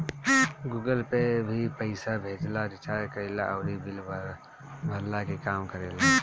Google pay भी पईसा भेजला, रिचार्ज कईला अउरी बिल भरला के काम करेला